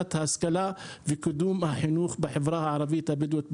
להנגשת ההשכלה וקידום החינוך בחברה הערבית-בדואית בנגב.